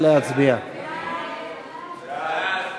שוב פעם,